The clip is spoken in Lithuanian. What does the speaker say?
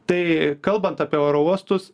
tai kalbant apie oro uostus